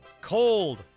cold